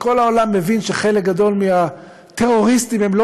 וכל העולם מבין שחלק גדול מהטרוריסטים הם לא